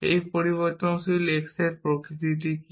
এই পরিবর্তনশীল x এর প্রকৃতি কি